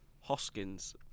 Hoskins